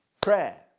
prayer